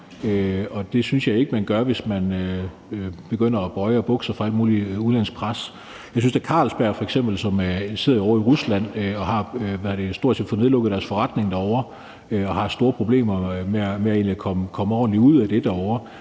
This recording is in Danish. det synes jeg ikke man gør, hvis man begynder at bukke og bøje sig for alt muligt udenlandsk pres. Jeg synes da f.eks., at Carlsberg, som sidder i Rusland og stort set har fået nedlukket deres forretning derovre, og som egentlig har store problemer med at komme ordentligt ud af det, er en